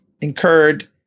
incurred